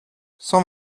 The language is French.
cent